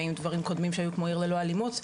ועם דברים קודמים שהיו כמו עיר ללא אלימות,